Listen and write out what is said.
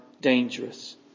dangerous